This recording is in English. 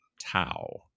Tau